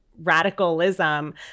radicalism